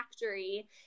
factory